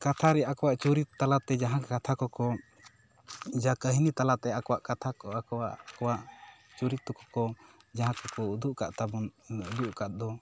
ᱠᱟᱛᱷᱟᱨᱮ ᱟᱠᱚᱣᱟᱜ ᱪᱩᱨᱤᱛ ᱛᱟᱞᱟᱛᱮ ᱡᱟᱦᱟᱸ ᱠᱟᱛᱷᱟ ᱠᱚᱠᱚ ᱡᱟ ᱠᱟᱹᱦᱱᱤ ᱛᱟᱞᱟᱛᱮ ᱟᱠᱚᱣᱟᱜ ᱠᱟᱛᱷᱟ ᱠᱚ ᱟᱠᱚᱣᱟᱜ ᱪᱚᱨᱤᱛ ᱠᱚᱠᱚ ᱡᱟᱦᱟᱸ ᱠᱚᱠᱚ ᱩᱫᱩᱜ ᱟᱠᱟᱫ ᱛᱟᱵᱚᱱ ᱩᱫᱩᱜ ᱟᱠᱟᱫ ᱫᱚ